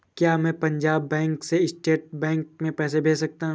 क्या मैं पंजाब बैंक से स्टेट बैंक में पैसे भेज सकता हूँ?